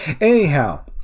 Anyhow